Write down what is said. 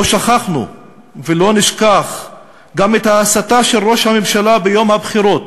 לא שכחנו ולא נשכח גם את ההסתה של ראש הממשלה ביום הבחירות: